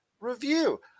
review